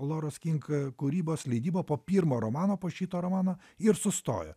loros kink kūrybos leidyba po pirmo romano po šito romano ir sustojo